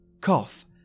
cough